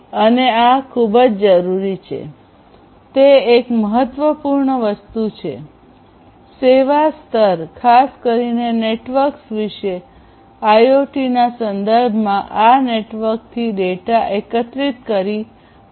અને આ ખૂબ જ જરૂરી છે તે એક મહત્વપૂર્ણ વસ્તુ છે સેવા સ્તર ખાસ કરીને નેટવર્ક્સ વિશે આઇઓટીના સંદર્ભમાં આ નેટવર્કથી ડેટા એકત્રિત કરો